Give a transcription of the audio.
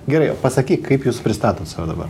gerai pasakyk kaip jūs pristatot save dabar